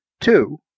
Two